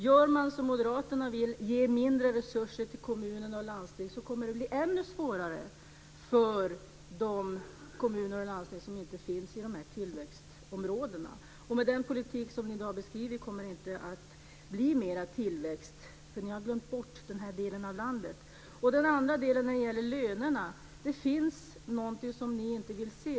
Gör man som moderaterna vill och ger mindre resurser till kommuner och landsting kommer det att bli ännu svårare för de kommuner och landsting som inte finns i tillväxtområdena. Med den politik som ni i dag har beskrivit kommer det inte att bli mer tillväxt, för ni har glömt bort den här delen av landet. I den andra delen, när det gäller lönerna, finns det något som ni inte vill se.